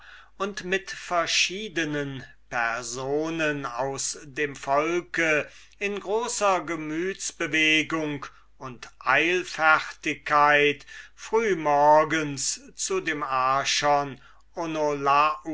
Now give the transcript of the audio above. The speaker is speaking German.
und verschiedenen personen aus dem volke in großer gemütsbewegung und eilfertigkeit frühmorgens zu dem archon